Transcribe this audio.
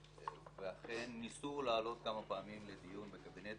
ואכן ניסו להעלות כמה פעמים לדיון בקבינט,